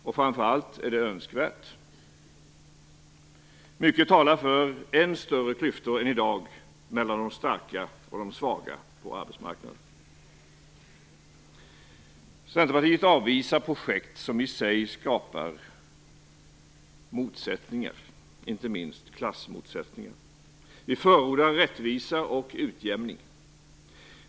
Och framför allt - är detta önskvärt? Mycket talar för att det blir ännu större klyftor än i dag mellan de starka och de svaga på arbetsmarknaden. Vi i Centerpartiet avvisar projekt som i sig skapar motsättningar, inte minst klassmotsättningar. Vi förordar rättvisa och utjämning.